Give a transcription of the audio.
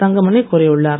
தங்கமணி கூறியுள்ளார்